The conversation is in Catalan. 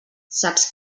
saps